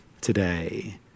today